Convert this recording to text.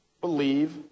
believe